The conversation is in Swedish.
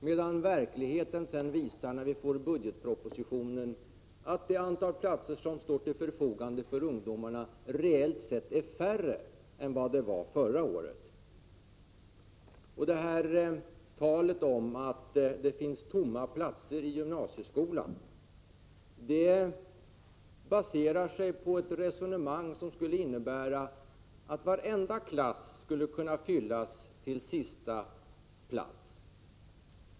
När vi sedan får budgetpropositionen visar verkligheten att de platser som står till förfogande för ungdomarna reellt sett är färre än förra året. Talet om att det finns tomma platser i gymnasieskolan baserar sig på ett resonemang, som skulle innebära att varenda klass skulle kunna fyllas till sista plats.